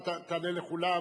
אתה תענה לכולם.